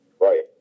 Right